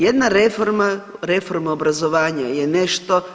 Jedna reforma, reforma obrazovanja je nešto.